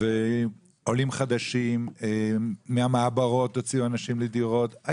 עולים חדשים, מהמעברות הוציאו אנשים לדירות.